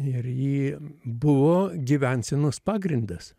ir ji buvo gyvensenos pagrindas